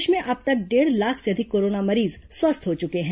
प्रदेश में अब तक डेढ़ लाख से अधिक कोरोना मरीज स्वस्थ हो चुके हैं